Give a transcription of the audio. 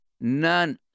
none